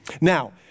Now